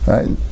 Right